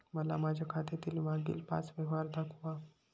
मला माझ्या खात्यातील मागील पांच व्यवहार दाखवा